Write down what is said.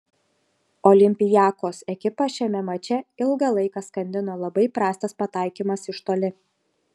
olympiakos ekipą šiame mače ilgą laiką skandino labai prastas pataikymas iš toli